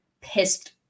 pissed